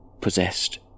Possessed